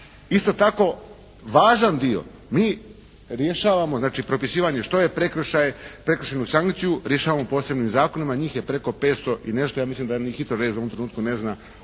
isto tako važan dio mi rješavamo znači propisivanje što je prekršaj, prekršajnu sankciju rješavamo posebnim zakonom a njih je preko 500 i nešto, ja mislim da ni HITRO.rez u ovom trenutku ne zna